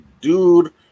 dude